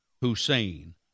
Hussein